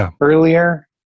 earlier